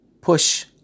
push